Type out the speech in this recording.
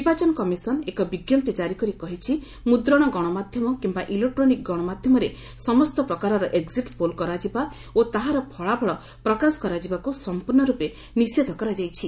ନିର୍ବାଚନ କମିଶନ୍ ଏକ ବିଜ୍ଞପ୍ତି ଜାରି କରି କହିଛି ମୁଦ୍ରଣ ଗଣମାଧ୍ୟମ କିୟା ଇଲେକ୍ଟ୍ରୋନିକ୍ ଗଣମାଧ୍ୟମରେ ସମସ୍ତ ପ୍ରକାରର ଏକ୍ଜିଟ୍ ପୋଲ୍ କରାଯିବା ଓ ତାହାର ଫଳାଫଳ ପ୍ରକାଶ କରାଯିବାକୁ ସମ୍ପର୍ଷର୍ଣରପେ ନିଷେଧ କରାଯାଇଛି